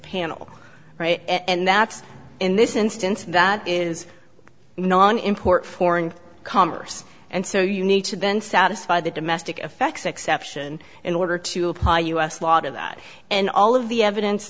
panel right and that's in this instance that is an import foreign commerce and so you need to then satisfy the domestic effects exception in order to apply us a lot of that and all of the